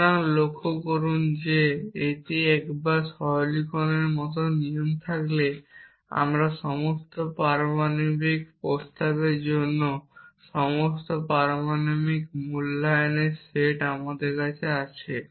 সুতরাং লক্ষ্য করুন যে একবার আপনার সরলীকরণের মতো নিয়ম থাকলে আমরা সমস্ত পারমাণবিক প্রস্তাবের জন্য সমস্ত পারমাণবিক মূল্যায়নের সেট আমাদের কাছে আছে